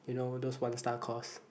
you know those one star course